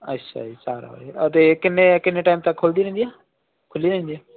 ਅੱਛਾ ਜੀ ਚਾਰ ਵਜੇ ਅਤੇ ਕਿੰਨੇ ਕਿੰਨੇ ਟਾਈਮ ਤੱਕ ਖੁੱਲ੍ਹਦੀ ਰਹਿੰਦੀ ਆ ਖੁੱਲ੍ਹੀ ਰਹਿੰਦੀ ਆ